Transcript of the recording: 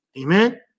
Amen